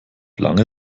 lange